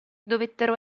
dovettero